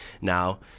now